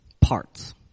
parts